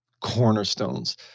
cornerstones